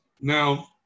Now